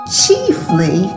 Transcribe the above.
chiefly